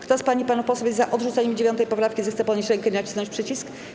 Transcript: Kto z pań i panów posłów jest za odrzuceniem 9. poprawki, zechce podnieść rękę i nacisnąć przycisk.